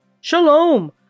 Shalom